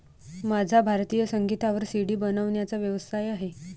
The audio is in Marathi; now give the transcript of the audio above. माझा भारतीय संगीतावर सी.डी बनवण्याचा व्यवसाय आहे